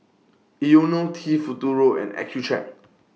Ionil T Futuro and Accucheck